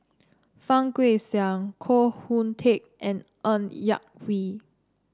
Fang Guixiang Koh Hoon Teck and Ng Yak Whee